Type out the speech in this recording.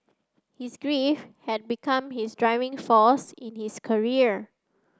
his grief had become his driving force in his career